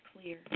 clear